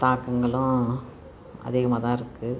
தாக்கங்களும் அதிகமாக தான் இருக்குது